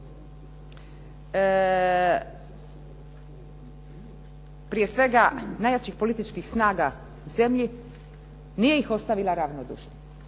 prije svega najjačih političkih snaga u zemlji nije ih ostavila ravnodušnim.